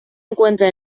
encuentra